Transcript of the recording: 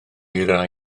eira